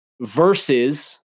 versus –